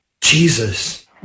Jesus